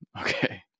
Okay